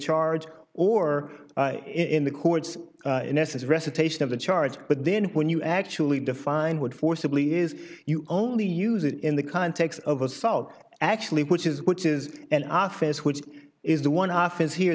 charge or in the chords in essence recitation of the charge but then when you actually define would forcibly is you only use it in the context of assault actually which is which is in our face which is the one office here